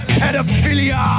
pedophilia